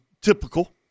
typical